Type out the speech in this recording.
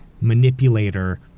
manipulator